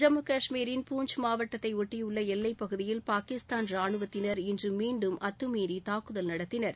ஜம்மு காஷ்மீரில் பூஞ்ச் மாவட்டத்தை ஒட்டியுள்ள எல்லைப் பகுதியில் பாகிஸ்தான் ரானுவத்தினா் இன்று மீண்டும் அத்துமீறி தாக்குதல் நடத்தினா்